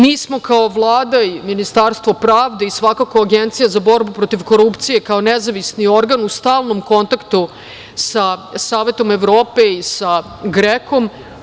Mi smo kao Vlada i Ministarstvo pravde, i svakako Agencija za borbu protiv korupcije kao nezavisni organ, u stalnom kontaktu sa Savetom Evrope i sa GREKO.